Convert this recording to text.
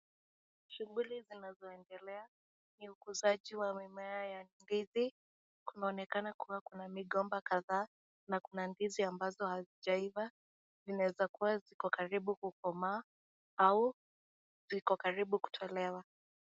Shughuli zinazoendelea ni ukuzaji wa mimea ya ndizi kumeonekana kuwa kuna migomba kadhaa na kuna ndizi ambazo hazijaiva zinaeza kuwa ziko karibu kukomaa au ziko karibu kutolewa.